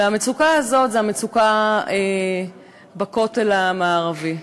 והמצוקה הזאת היא המצוקה בכותל המערבי.